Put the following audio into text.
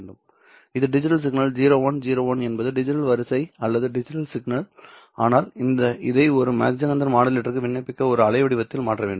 இது digital signal 0 1 0 1 என்பது digital வரிசை அல்லது டிஜிட்டல் சிக்னல்ஆனால் இதை ஒரு மாக் ஜெஹெண்டர் மாடுலேட்டருக்கு விண்ணப்பிக்க ஒரு அலைவடிவத்தில் மாற்ற வேண்டும்